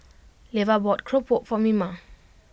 Levar bought keropok for Mima